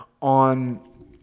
On